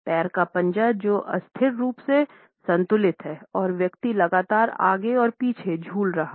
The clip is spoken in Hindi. पैर का पंजा जो अस्थिर रूप से संतुलित हैं और व्यक्ति लगातार आगे और पीछे झूल रहा है